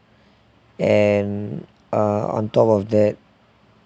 and uh on top of that